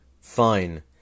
fine